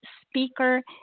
speaker